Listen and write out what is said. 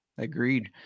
Agreed